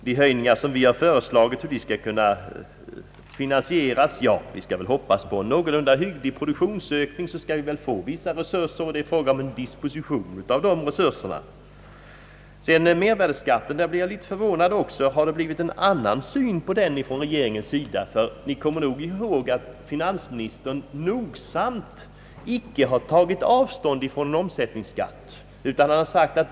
De höjningar vi föreslagit skall kunna finansieras, sade statsrådet. Ja, vi skall väl hoppas på en någorlunda hygglig produktionsökning, som ger oss vissa resurser, och då blir det en fråga om hur man disponerar de resurserna. Jag blev också litet förvånad när det gällde mervärdeskatten. Har regeringen fått en annan syn på den? Vi kommer ihåg att finansministern nogsamt underlåtit att ta avstånd från en mervärdeskatt.